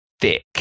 thick